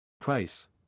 Price